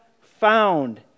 found